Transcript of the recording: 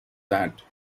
that